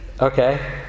okay